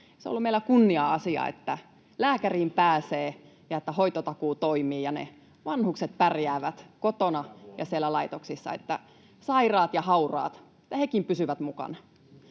Se on ollut meillä kunnia-asia, että lääkäriin pääsee ja että hoitotakuu toimii ja vanhukset pärjäävät kotona ja siellä laitoksissa, että sairaat ja hauraat, hekin pysyvät mukana.